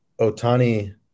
Otani